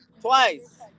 twice